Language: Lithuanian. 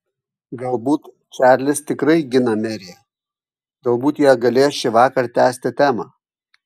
galbūt čarlis tikrai gina meriją galbūt jie galės šįvakar tęsti temą